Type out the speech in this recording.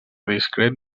discret